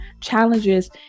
challenges